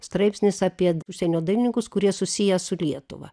straipsnis apie užsienio dailininkus kurie susiję su lietuva